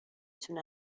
تونه